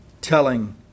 telling